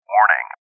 Warning